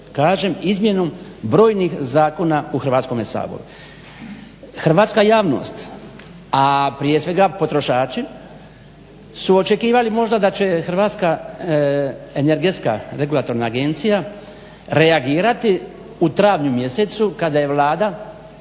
kažem izmjenom brojnih zakona u Hrvatskome saboru. Hrvatska javnost, a prije svega potrošači, su očekivali možda da će HERA reagirati u travnju mjesecu kada je Vlada